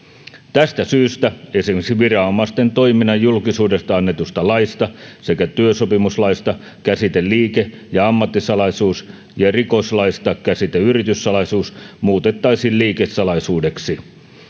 tästä syystä esimerkiksi viranomaisten toiminnan julkisuudesta annetusta laista sekä työsopimuslaista käsite liike ja ammattisalaisuus ja rikoslaista käsite yrityssalaisuus muutettaisiin liikesalaisuudeksi